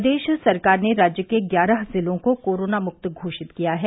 प्रदेश सरकार ने राज्य के ग्यारह जिलों को कोरोना मुक्त घोषित किया है